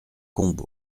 combe